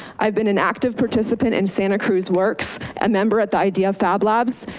i've been an active participant in santa cruz works a member at the idf fab labs,